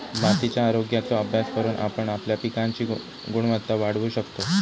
मातीच्या आरोग्याचो अभ्यास करून आपण आपल्या पिकांची गुणवत्ता वाढवू शकतव